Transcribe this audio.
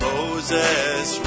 Moses